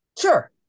Sure